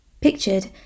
Pictured